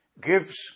gives